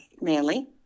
manly